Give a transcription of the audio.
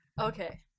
Okay